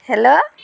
hello